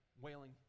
wailing